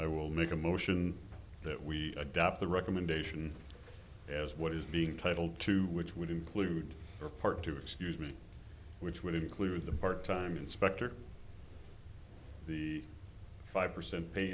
i will make a motion that we adopt the recommendation as what is being titled to which would include your part to excuse me which would include the part time inspector the five percent pay